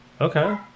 Okay